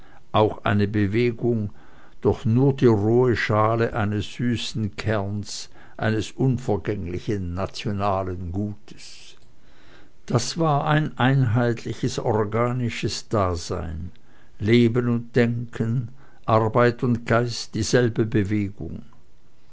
auch eine bewegung und doch nur die rohe schale eines süßen kernes eines unvergänglichen nationalen gutes das war ein einheitliches organisches dasein leben und denken arbeit und geist dieselbe bewegung